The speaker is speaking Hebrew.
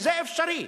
זה אפשרי.